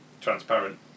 transparent